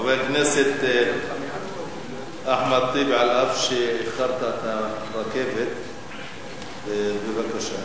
חבר הכנסת אחמד טיבי, אף שאיחרת את הרכבת, בבקשה.